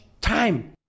time